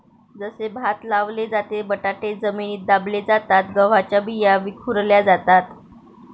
जसे भात लावले जाते, बटाटे जमिनीत दाबले जातात, गव्हाच्या बिया विखुरल्या जातात